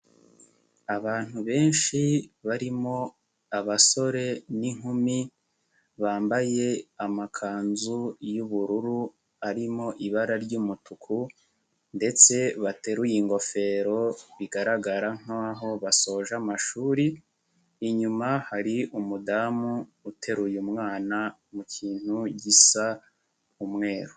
Abantu benshi barimo abasore n'inkumi bambaye amakanzu y'ubururu arimo ibara ry'umutuku ndetse bateruye ingofero bigaragara nk'aho basoje amashuri, inyuma hari umudamu uteruye umwana mu kintu gisa umweru.